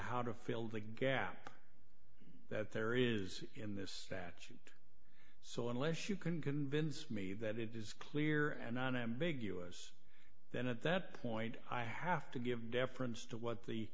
how to fill the gap that there is in this statute so unless you can convince me that it is clear and unambiguous then at that point i have to give deference to what the